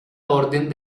orden